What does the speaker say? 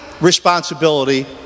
responsibility